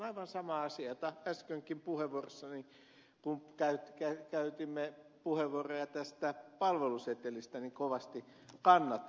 aivan sama asia jota äskenkin puheenvuorossani kun käytimme puheenvuoroja palvelusetelistä kovasti kannatin